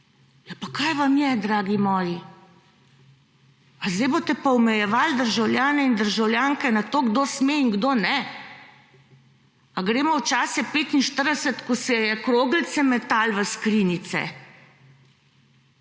pa kaj vam je, dragi moji? A sedaj boste pa omejevali državljane in državljane na to, kdo sme in kdo ne? A gremo v čase 1945, ko se je kroglice metalo v skrinjice?